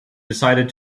decided